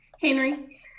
Henry